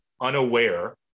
unaware